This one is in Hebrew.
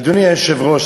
אדוני היושב-ראש,